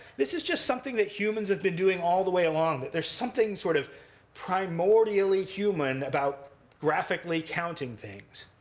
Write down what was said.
this is just something that humans have been doing all the way along, that there's something sort of primordially human about graphicly counting things.